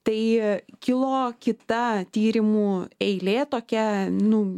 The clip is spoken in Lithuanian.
tai kilo kita tyrimų eilė tokia nu